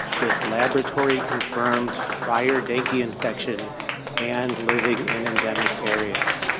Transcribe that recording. with laboratory-confirmed prior dengue infection and living in endemic areas.